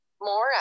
More